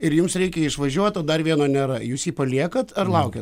ir jums reikia išvažiuot o dar vieno nėra jūs jį paliekat ar laukiat